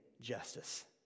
justice